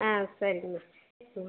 ஆ சரிங்ண்ணா ம்